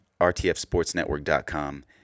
rtfsportsnetwork.com